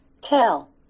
Tell